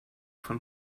von